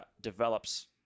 develops